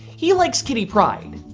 he like kitty pryde.